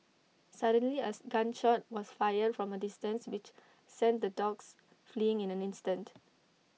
suddenly as gun shot was fired from A distance which sent the dogs fleeing in an instant